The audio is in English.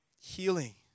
healing